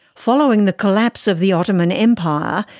following the collapse of the ottoman empire,